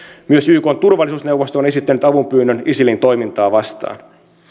myös ykn turvallisuusneuvosto on esittänyt avunpyynnön isilin toimintaa vastaan